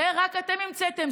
את זה רק אתם המצאתם.